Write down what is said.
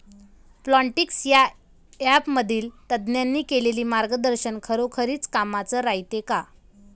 Plantix या ॲपमधील तज्ज्ञांनी केलेली मार्गदर्शन खरोखरीच कामाचं रायते का?